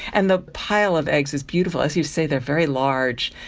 and the pile of eggs is beautiful. as you say, they are very large,